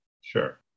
Sure